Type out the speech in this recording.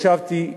ישבתי,